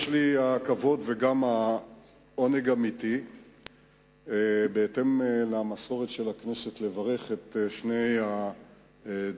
יש לי הכבוד וגם עונג אמיתי לברך בהתאם למסורת של הכנסת את שני הדוברים,